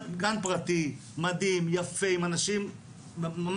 גן פרטי, מדהים, יפה, עם אנשים מקסימים.